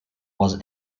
was